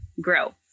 grow